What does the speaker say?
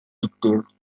pigtails